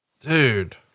dude